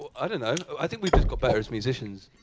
ah i don't know. i think we've just got better as musicians.